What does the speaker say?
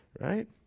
Right